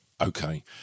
Okay